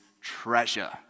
treasure